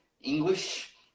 English